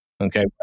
Okay